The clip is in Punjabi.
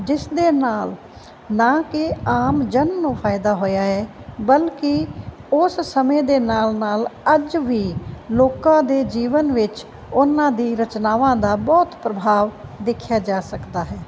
ਜਿਸ ਦੇ ਨਾਲ ਨਾ ਕੇ ਆਮ ਜਨ ਨੂੰ ਫਾਇਦਾ ਹੋਇਆ ਹੈ ਬਲਕਿ ਉਸ ਸਮੇਂ ਦੇ ਨਾਲ ਨਾਲ ਅੱਜ ਵੀ ਲੋਕਾਂ ਦੇ ਜੀਵਨ ਵਿੱਚ ਉਹਨਾਂ ਦੀਆਂ ਰਚਨਾਵਾਂ ਦਾ ਬਹੁਤ ਪ੍ਰਭਾਵ ਦੇਖਿਆ ਜਾ ਸਕਦਾ ਹੈ